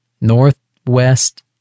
Northwest